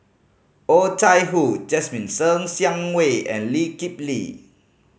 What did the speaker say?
Oh Chai Hoo Jasmine Ser Xiang Wei and Lee Kip Lee